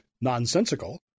nonsensical